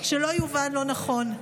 שלא יובן לא נכון,